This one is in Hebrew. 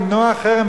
למנוע חרם?